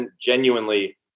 genuinely